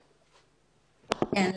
כן.